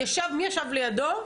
מי ישב לידו?